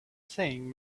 saying